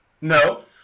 No